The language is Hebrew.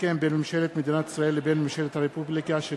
הסכם בין ממשלת מדינת ישראל לבין ממשלת הרפובליקה של